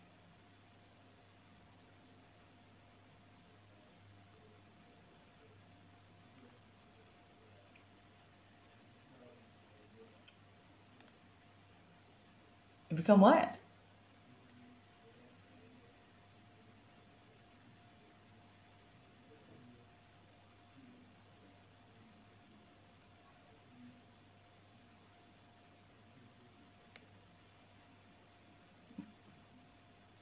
become what